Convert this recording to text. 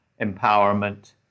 empowerment